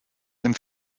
dem